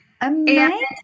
Amazing